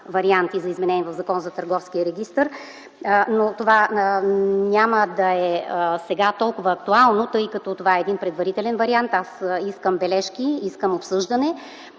варианти за изменения в Закона за Търговския регистър, но това няма да е толкова актуално сега, тъй като това е един предварителен вариант. Аз искам бележки, искам обсъждане,